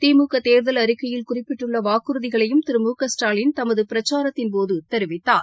திமுக தேர்தல் அறிக்கையில் குறிப்பிட்டுள்ள வாக்குறதிகளையும் திரு மு க ஸ்டாலின் தமது பிரச்சாரத்தின் போது தெரிவித்தார்